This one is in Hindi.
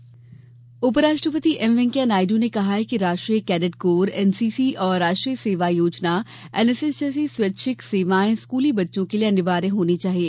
वेंकैया नायड् उपराष्ट्रपति एम वेंकैया नायडू ने कहा है कि राष्ट्रीय कैडेट कोर एनसीसी और राष्ट्रीय सेवा योजना एनएसएस जैसी स्वैच्छिक सेवायें स्कूली बच्चों के लिए अनिवार्य होनी चाहिए